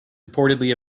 reportedly